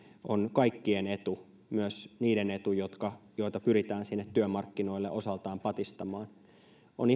on kaikkien etu myös niiden etu joita pyritään sinne työmarkkinoille osaltaan patistamaan on ihan